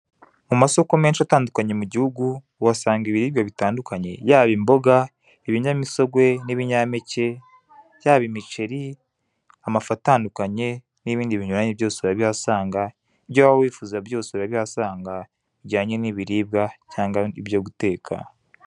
Mu masoko menshi atandukanye mu gihugu uhasanga ibiribwa bitandukanye yaba imboga, ibinyamisogwe, n'ibinyampeke, yaba imiceri, amafu atandukanye n'ibindi binyuranye byose urabihasanga ibyo waba wifuza byose urabihasanga bijyane n'ibiribwa cyangwa ibyo guteka.